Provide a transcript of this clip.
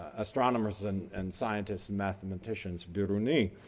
astronomers and and scientists, and mathematicians biruni.